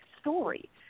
story